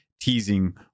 teasing